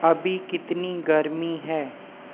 अभी कितनी गर्मी हैं